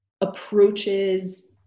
approaches